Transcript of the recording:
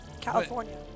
California